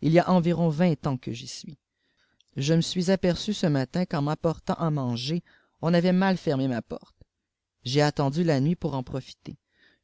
il y a environ vingt ans que j'y suis je me suis aperçu ce matin qu'en m'apportant à manger on avait mal fermé ma porte j'ai attendu la nuit pour en profiter